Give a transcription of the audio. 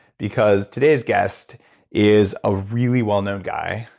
because today's guest is a really well-known guy.